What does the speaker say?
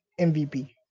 MVP